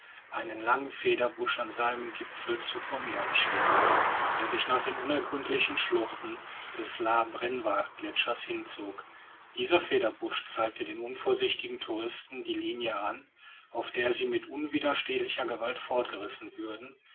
einen langen federbusch an seinem gipfel zu formiren schien der sich nach den unergründlichen schluchten des la brenva gletschers hinzog dieser federbusch zeigte den unvorsichtigen touristen die linie an auf der sie mit unwiderstehlicher gewalt fortgerissen würden